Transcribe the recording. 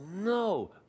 no